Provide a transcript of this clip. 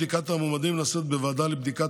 בדיקת המועמדים נעשית בוועדה לבדיקת